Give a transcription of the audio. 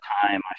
time